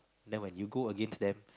then when you go against them